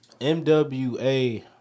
MWA